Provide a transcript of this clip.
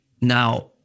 Now